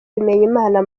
bimenyimana